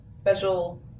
special